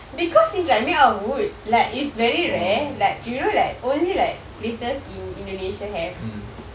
because it's like made out of wood like it's very rare like you know like only like places in indonesia have